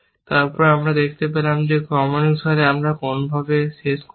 তারপর আমরা দেখতে পেলাম যে এই ক্রমানুসারে আমরা কোনভাবে শেষ হয়েছি